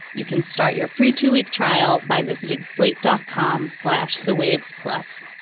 you can start your free two week trial by visiting slate dot com, slash the waves plus.